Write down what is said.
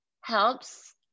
helps